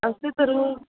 अस्तु तर्हि